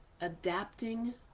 adapting